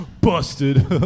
Busted